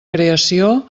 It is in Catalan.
creació